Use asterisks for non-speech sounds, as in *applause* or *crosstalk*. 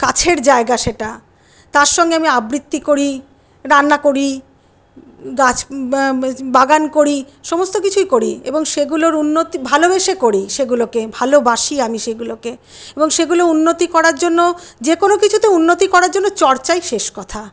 কাছের জায়গা সেটা তারসঙ্গে আমি আবৃত্তি করি রান্না করি গাছ *unintelligible* বাগান করি সমস্ত কিছুই করি এবং সেগুলোর উন্নতি ভালোবেসে করি সেগুলোকে ভালোবাসি আমি সেগুলোকে এবং সেগুলো উন্নতি করার জন্য যেকোনো কিছুতে উন্নতি করার জন্য চর্চাই শেষ কথা